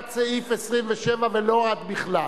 עד סעיף 27 ולא עד בכלל,